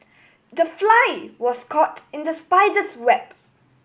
the fly was caught in the spider's web